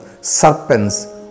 serpents